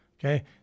Okay